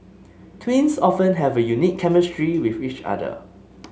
twins often have a unique chemistry with each other